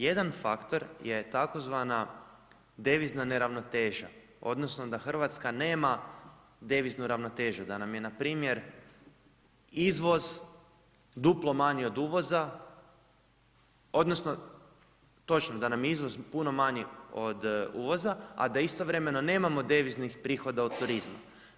Jedan faktor je tzv. devizna neravnoteža odnosno da Hrvatska nema deviznu neravnotežu, da nam je npr. izvoz duplo manji od uvoza odnosno, točno, da nam je izvoz puno manji od uvoza, a da istovremeno nemamo deviznih prihoda od turizma.